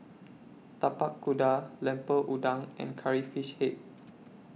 Tapak Kuda Lemper Udang and Curry Fish Head